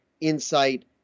insight